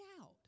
out